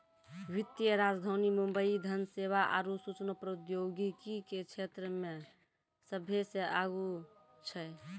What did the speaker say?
वित्तीय राजधानी मुंबई धन सेवा आरु सूचना प्रौद्योगिकी के क्षेत्रमे सभ्भे से आगू छै